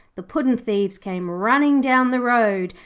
the puddin'-thieves came running down the road,